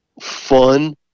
fun